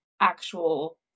actual